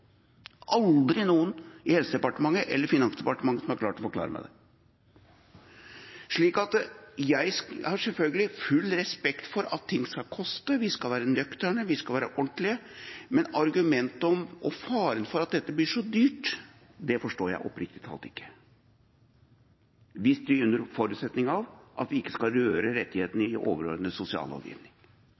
aldri noen i Helsedepartementet eller Finansdepartementet som har klart å forklare meg det. Jeg har selvfølgelig full respekt for at ting koster – vi skal være nøkterne, vi skal være ordentlige, men argumentet om, og faren for, at dette blir så dyrt, forstår jeg oppriktig talt ikke, hvis det er under forutsetning av at vi ikke skal røre rettighetene i overordnet sosiallovgivning.